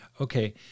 okay